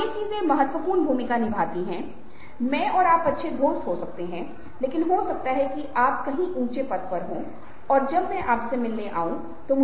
चेहरे के निचले हिस्से के साथ साथ भौंहों में भी उदासी प्रतिबिंबित हो रेही है